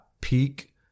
peak